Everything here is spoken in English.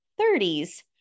30s